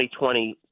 2020